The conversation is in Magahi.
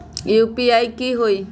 यू.पी.आई की होई?